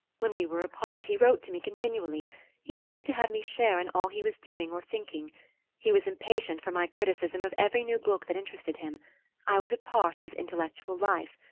when we were apart he wrote to me continually he liked to have me share in all he was doing or thinking he was impatient for my criticism of every new book that interested him i was a part of his intellectual life.